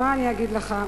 ומה אני אגיד לך?